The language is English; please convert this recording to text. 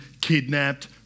kidnapped